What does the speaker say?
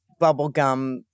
bubblegum